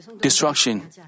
destruction